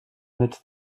mit